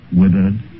withered